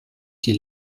die